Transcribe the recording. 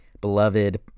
beloved